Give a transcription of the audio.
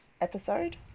episode